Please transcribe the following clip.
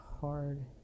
hard